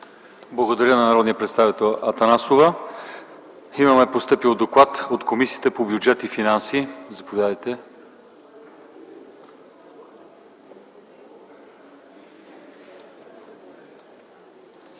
Благодаря на народния представител Десислава Атанасова. Имаме постъпил доклад от Комисията по бюджет и финанси. Заповядайте,